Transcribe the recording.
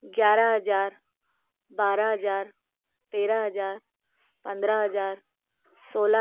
ग्यारह हजार बारह हजार तेरह हजार पन्द्रह हजार सोलह हजार